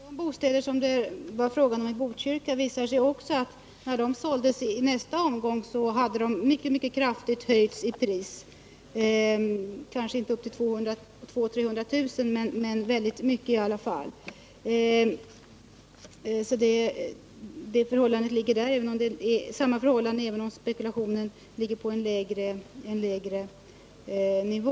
Herr talman! När det gäller de bostäder som det var fråga om i Botkyrka visade det sig att de hade stigit mycket kraftigt i pris när de såldes i den andra omgången — kanske inte upp till 200 000 kr. men ändå med mycket stora belopp. Det är alltså samma förhållande med dessa bostadsrätter som med övriga, även om spekulationen ligger på en lägre nivå.